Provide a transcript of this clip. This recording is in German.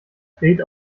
fred